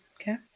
Okay